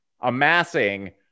amassing